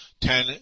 Ten